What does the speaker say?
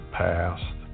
past